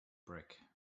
brick